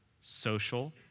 social